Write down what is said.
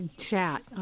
chat